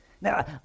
Now